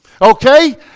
okay